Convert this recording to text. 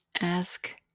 Ask